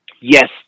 Yes